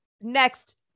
Next